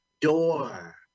door